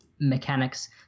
mechanics